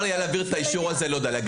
שאפשר יהיה להעביר את האישור הזה למוחרת.